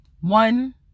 one